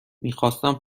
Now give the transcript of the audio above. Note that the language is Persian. میخواستم